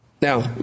Now